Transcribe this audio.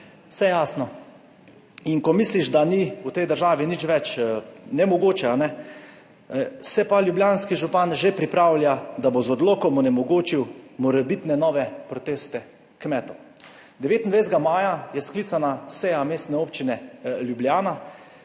Vse jasno. In ko misliš, da ni v tej državi nič več nemogoče, se pa ljubljanski župan že pripravlja, da bo z odlokom onemogočil morebitne nove proteste kmetov. 29. maja je sklicana seja Mestne občine Ljubljana,